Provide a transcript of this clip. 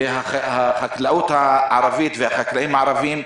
והחקלאות הערבית והחקלאים הערבים בפרט,